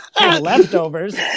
Leftovers